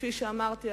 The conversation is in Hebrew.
כפי שאמרתי,